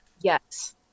Yes